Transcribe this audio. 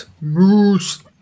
Moose